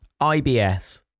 IBS